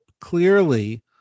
clearly